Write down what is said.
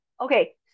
okay